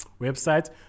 website